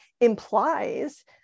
implies